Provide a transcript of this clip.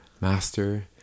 master